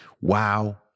wow